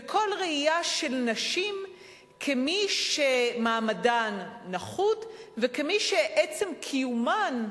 וכל ראייה של נשים כמי שמעמדן נחות וכמי שעצם קיומן,